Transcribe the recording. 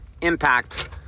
impact